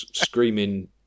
screaming